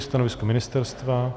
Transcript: Stanovisko ministerstva?